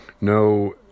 no